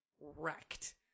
wrecked